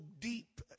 deep